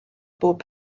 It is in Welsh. pob